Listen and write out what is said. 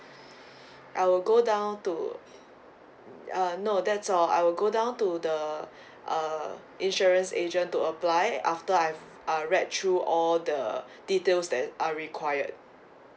I will go down to uh no that's all I will go down to the uh insurance agent to apply after I have uh read through all the details that are required